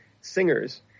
singers